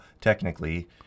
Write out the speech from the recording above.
technically